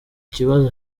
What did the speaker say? kibazo